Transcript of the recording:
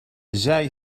zij